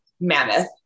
Mammoth